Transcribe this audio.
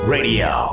Radio